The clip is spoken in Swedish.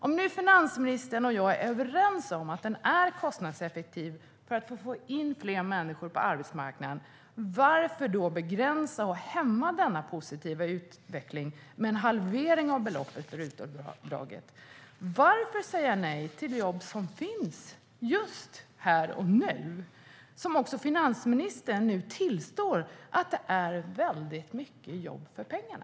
Om finansministern och jag nu är överens om att detta är kostnadseffektivt för att få in fler människor på arbetsmarknaden, varför hämmar och begränsar man då denna positiva utveckling med en halvering av beloppet för RUT-avdraget? Varför säger man nej till jobb som finns just här och nu? Även finansministern tillstår nu att det är väldigt många jobb för pengarna.